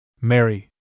Mary